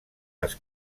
les